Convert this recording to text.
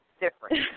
different